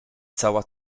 cała